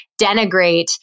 denigrate